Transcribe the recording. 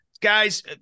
Guys